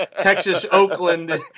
Texas-Oakland